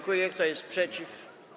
Kto jest przeciw?